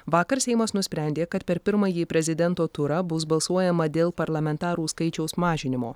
vakar seimas nusprendė kad per pirmąjį prezidento turą bus balsuojama dėl parlamentarų skaičiaus mažinimo